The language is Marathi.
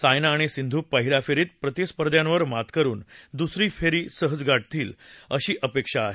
सायना आणि सिंधू पहिल्या फेरीत प्रतिस्पर्ध्यावर मात करुन दुसरी सहज गाठतील अशी अपेक्षा आहे